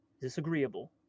Disagreeable